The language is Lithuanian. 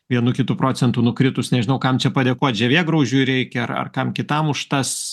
vienu kitu procentu nukritus nežinau kam čia padėkot žievėgraužiui reikia ar ar kam kitam už tas